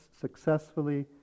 successfully